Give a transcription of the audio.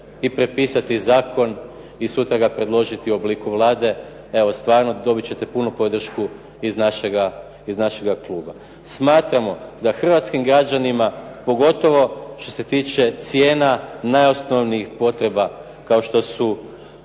i prepisati zakon i sutra ga predložiti u obliku Vlade. Evo stvarno dobit ćete punu podršku iz našega kluba. Smatramo da hrvatskim građanima pogotovo što se tiče cijena najosnovnijih potreba kao što su